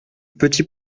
petit